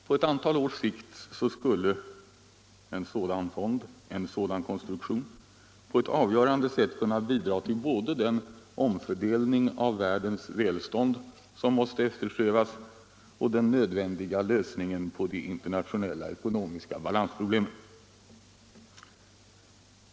På ett antal års sikt skulle en fond med en sådan konstruktion kunna på ett avgörande sätt bidra till både den omfördelning av världens välstånd som vi måste eftersträva och den nödvändiga lösningen på de internationella ekonomiska balansproblemen.